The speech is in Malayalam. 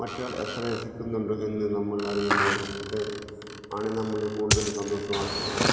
മറ്റൊരാൾ എത്ര രസിക്കുന്നുണ്ട് എന്ന് നമ്മളറിയുമ്പോൾ അതാണു നമ്മളെ കൂടുതലും സന്തോഷമാക്കുന്നത്